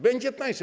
Będzie tańsze.